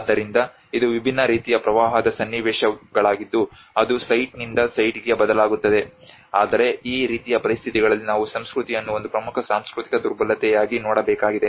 ಆದ್ದರಿಂದ ಇದು ವಿಭಿನ್ನ ರೀತಿಯ ಪ್ರಭಾವದ ಸನ್ನಿವೇಶಗಳಾಗಿದ್ದು ಅದು ಸೈಟ್ನಿಂದ ಸೈಟ್ಗೆ ಬದಲಾಗುತ್ತದೆ ಆದರೆ ಈ ರೀತಿಯ ಪರಿಸ್ಥಿತಿಗಳಲ್ಲಿ ನಾವು ಸಂಸ್ಕೃತಿಯನ್ನು ಒಂದು ಪ್ರಮುಖ ಸಾಂಸ್ಕೃತಿಕ ದುರ್ಬಲತೆಯಾಗಿ ನೋಡಬೇಕಾಗಿದೆ